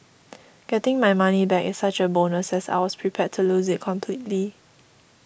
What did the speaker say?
getting my money back is such a bonus as I was prepared to lose it completely